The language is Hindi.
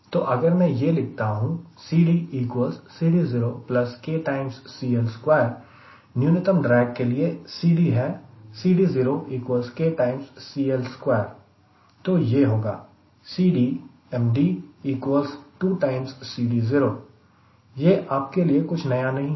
तो अगर मैं यह लिखता हूं न्यूनतम ड्रैग के लिए CD है तो यह होगा यह आपके लिए कुछ नया नहीं है